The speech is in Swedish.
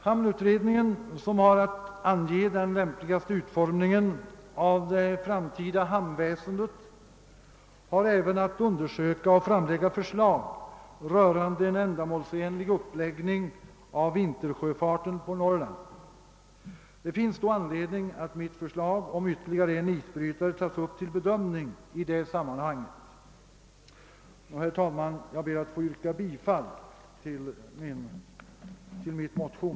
Hamnutredningen som har att ange den lämpligaste utformningen av det framtida hamnväsendet skall även undersöka och framlägga förslag rörande en ändamålsenlig uppläggning av vintersjöfarten på Norrland. Det finns då anledning att mitt förslag om ytterligare en isbrytare tas upp till bedömning i detta sammanhang. Herr talman! Jag ber att få yrka bifall till min motion.